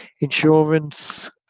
insurance